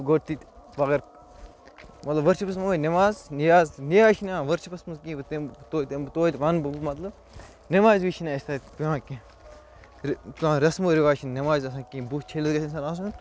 گوٚو تِتہٕ مگر مطلب وۅنۍ چھُ أمِس وُنۍ أمِس نیماز نِیاز نِیاز چھُ نہٕ یِوان ؤرشِپَس منٛز کِہیۭنٛۍ وۄنۍ توتہِ یِمہٕ توتہِ ونہٕ بہٕ مطلب نیمازِ وزِچھُ نہٕ اَسۍ تَتہِ کٕہیٖنٛۍ کیٚنٛہہ کانٛہہ رسم و رِواج چھِ نیمازِ آسان کِہیٖنٛۍ بُتھ چھٔلِتھ ؤلِتھ گژھِ اِنسان آسُن